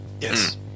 Yes